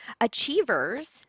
Achievers